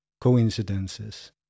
coincidences